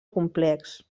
complex